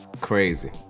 Crazy